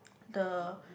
the